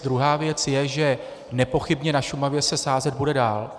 Druhá věc je, že nepochybně na Šumavě se sázet bude dál.